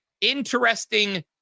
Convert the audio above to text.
interesting